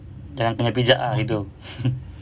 jangan kena pijak ah gitu